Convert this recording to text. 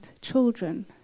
children